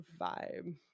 vibe